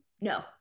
No